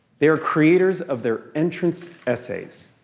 they are creators of their entrance essays.